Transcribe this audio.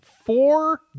four